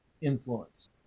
influence